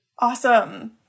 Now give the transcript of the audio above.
Awesome